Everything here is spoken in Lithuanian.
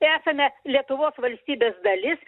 esame lietuvos valstybės dalis